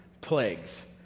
plagues